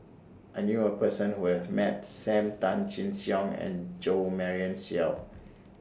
I knew A Person Who has Met SAM Tan Chin Siong and Jo Marion Seow